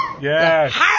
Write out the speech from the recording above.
Yes